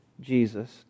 Jesus